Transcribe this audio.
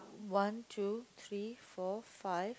one two three four five